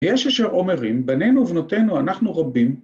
‫יש אשר אומרים, ‫בנינו ובנותינו אנחנו רבים...